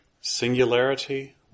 Singularity